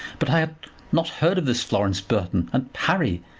but i had not heard of this florence burton and, harry,